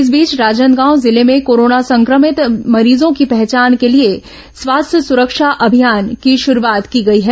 इस बीच राजनादगाव जिले में कोरोना संक्रमित मरीजों की पहचान के लिए स्वास्थ्य सुरक्षा अभियान की शुरूआत की गई है